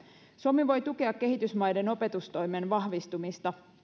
suomi voi tukea kehitysmaiden opetustoimen vahvistumista